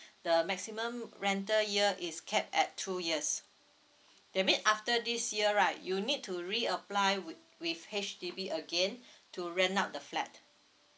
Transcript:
the maximum rental year is kept at two years that means after this year right you need to re apply with with H_D_B again to rent out the flat